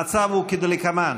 המצב הוא כדלקמן: